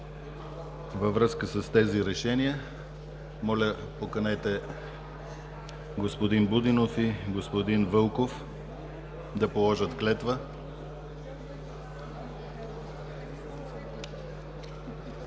Във връзка с тези решения, моля поканете господин Будинов и господин Вълков да положат клетва.